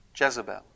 Jezebel